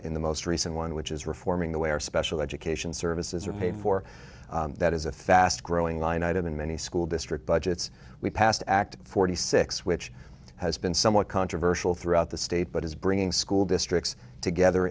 in the most recent one which is reforming the way our special education services are paid for that is a fast growing line item in many school district budgets we passed act forty six which has been somewhat controversial throughout the state but is bringing school districts together